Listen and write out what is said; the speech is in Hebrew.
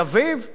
מה פתאום?